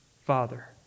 Father